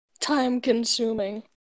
time-consuming